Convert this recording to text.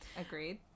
Agreed